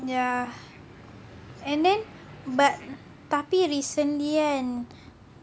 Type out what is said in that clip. ya and then but tapi recently kan